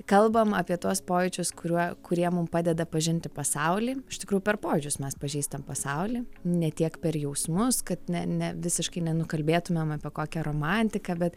kalbam apie tuos pojūčius kuriuo kurie mum padeda pažinti pasaulį iš tikrųjų per pojūčius mes pažįstam pasaulį ne tiek per jausmus kad ne ne visiškai nenukalbėtumėm apie kokią romantiką bet